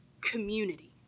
community